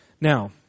Now